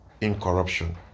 incorruption